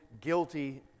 guilty